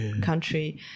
country